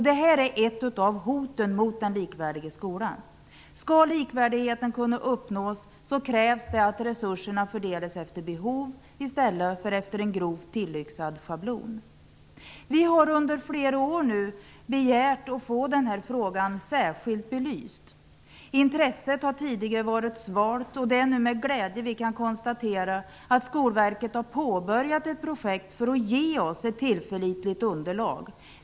Det är ett av hoten mot den likvärdiga skolan. Skall likvärdigheten kunna uppnås, krävs att resurserna fördelas efter behov i stället för efter en grovt tillyxad schablon. Vi har under flera år begärt att få den här frågan särskilt belyst. Intresset har tidigare varit svalt. Med glädje kan vi nu konstatera att Skolverket har påbörjat ett projekt för att ge oss ett tillförlitligt underlag.